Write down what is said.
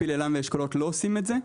הפיל-עילם ואשכולות לא עושים את זה.